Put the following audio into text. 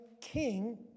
king